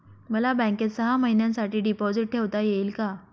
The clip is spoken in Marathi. मला बँकेत सहा महिन्यांसाठी डिपॉझिट ठेवता येईल का?